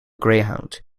greyhound